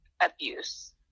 abuse